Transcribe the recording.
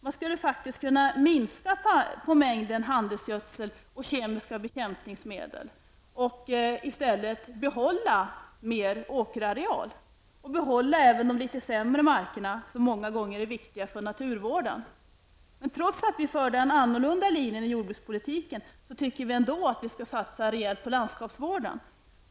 Man skulle kunna minska på mängden handelsgödsel och kemiska bekämpningsmedel och i stället behålla mer åkerareal och även de litet sämre markerna som många gånger är viktiga för naturvården. Men trots att vi företräder en annorlunda linje inom jordbrukspolitiken anser vi ändå att man skall satsa rejält på landskapsvården.